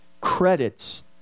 credits